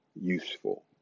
useful